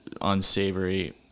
unsavory